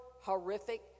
horrific